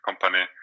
company